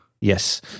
Yes